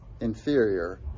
inferior